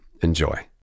Enjoy